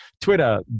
Twitter